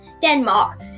Denmark